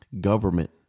Government